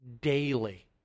daily